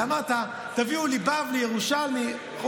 אתה אמרת: תביאו לי בבלי, ירושלמי.